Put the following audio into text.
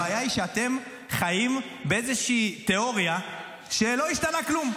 הבעיה היא שאתם חיים באיזושהי תיאוריה שלא השתנה כלום.